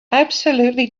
absolutely